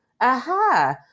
aha